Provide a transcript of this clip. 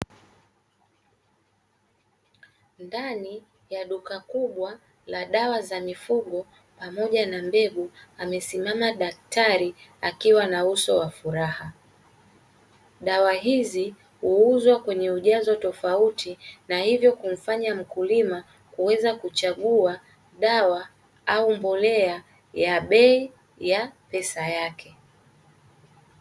Ndani ya duka kubwa la dawa za mifugo pamoja na mbegu amesimama daktari akiwa na uso wa furaha. Dawa hizi huuzwa kwenye ujazo tofauti, na hivyo kumfanya mkulima kuweza kuchagua dawa au mbolea ya bei ya pesa yake.